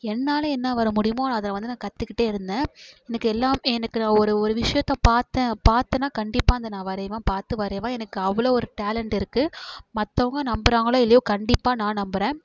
என்னால் என்ன வர முடியுமோ நான் அதை நான் வந்து கத்துக்கிட்டே இருந்தேன் எனக்கு எல்லாமே எனக்கு ஒரு ஒரு விஷயத்தை பாத்தேன் பாத்தேனா கண்டிப்பாக அதை நான் வரைவேன் பார்த்து வரைவேன் எனக்கு அவ்வளோ ஒரு டேலன்ட் இருக்குது மற்றவங்க நம்புகிறாங்களோ இல்லையோ கண்டிப்பாக நான் நம்புறேன்